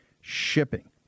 shipping